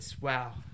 wow